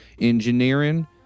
engineering